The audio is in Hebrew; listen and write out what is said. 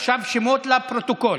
עכשיו שמות לפרוטוקול: